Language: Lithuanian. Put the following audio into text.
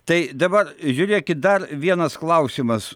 tai dabar žiūrėkit dar vienas klausimas